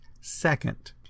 second